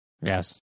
Yes